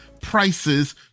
prices